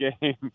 game